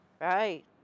Right